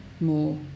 more